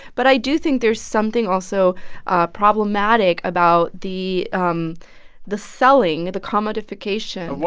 but i do think there's something also ah problematic about the um the selling, the commodification.